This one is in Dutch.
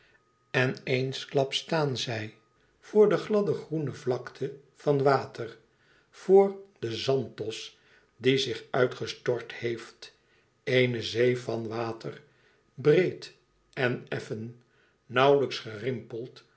en eensklaps staan zij voor de gladde groene vlakte van water voor den zanthos die zich uitgestort heeft éene zee van water breed en effen nauwlijks gerimpeld